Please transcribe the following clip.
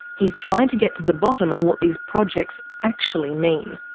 he's trying to get to the bottom of what these projects actually mean.